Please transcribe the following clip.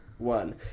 one